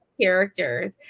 characters